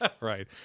right